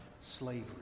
slavery